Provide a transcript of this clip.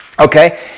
Okay